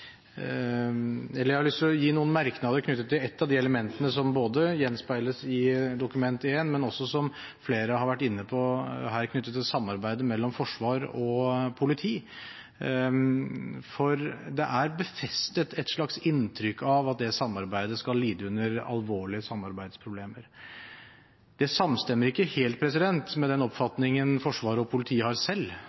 av de elementene som gjenspeiles i Dokument 1 for 2016–2017, men som også, og som flere har vært inne på, er knyttet til samarbeidet mellom forsvar og politi, for det er befestet et slags inntrykk av at det samarbeidet skal lide under alvorlige samarbeidsproblemer. Det samstemmer ikke helt med den oppfatningen Forsvaret og politiet har selv.